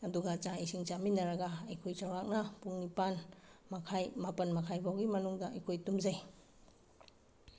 ꯑꯗꯨꯒ ꯆꯥꯛ ꯏꯁꯤꯡ ꯆꯥꯃꯤꯟꯅꯔꯒ ꯑꯩꯈꯣꯏ ꯆꯧꯔꯥꯛꯅ ꯄꯨꯡ ꯅꯤꯄꯥꯜ ꯃꯈꯥꯏ ꯃꯄꯥꯟ ꯃꯈꯥꯏ ꯐꯥꯎꯒꯤ ꯃꯅꯨꯡꯗ ꯑꯩꯈꯣꯏ ꯇꯨꯝꯖꯩ